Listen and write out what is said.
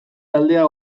aldea